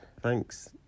Thanks